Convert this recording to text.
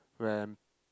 when